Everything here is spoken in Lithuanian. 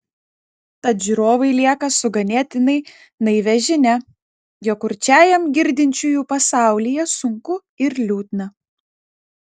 tad žiūrovai lieka su ganėtinai naivia žinia jog kurčiajam girdinčiųjų pasaulyje sunku ir liūdna